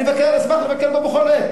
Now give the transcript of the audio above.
אשמח לבקר בה בכל עת.